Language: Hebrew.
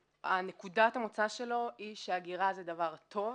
נקודת המוצא שלו היא שהגירה זה דבר טוב,